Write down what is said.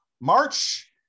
March